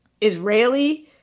Israeli